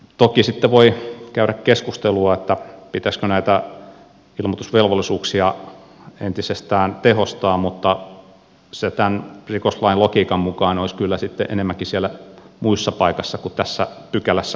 toki sitten voi käydä keskustelua pitäisikö näitä ilmoitusvelvollisuuksia entisestään tehostaa mutta se tämän rikoslain logiikan mukaan olisi kyllä sitten enemmänkin muussa paikassa kuin tässä pykälässä itsessään säädettävä